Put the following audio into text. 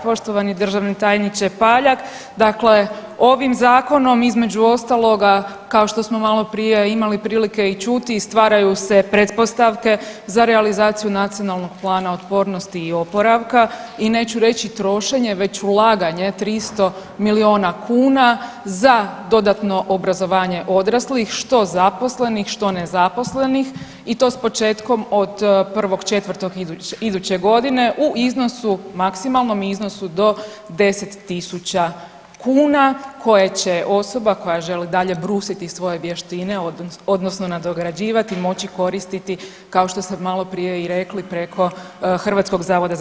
Poštovani državni tajniče Paljak, dakle ovim zakonom između ostaloga kao što smo maloprije imali prilike i čuti stvaraju se pretpostavke za realizaciju Nacionalnog plana otpornosti i oporavka i neću reći trošenje već ulaganje 300 miliona kuna za dodatno obrazovanja odraslih što zaposlenih, što nezaposlenih i to s početkom od 1.4. iduće godine u iznosu, maksimalnom iznosu do 10.000 kuna koje će osoba koja želi dalje brusiti svoje vještine odnosno nadograđivati moći koristiti kao što ste maloprije i rekli preko HZZ-a.